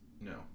No